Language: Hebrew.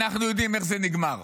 אנחנו יודעים איך זה נגמר.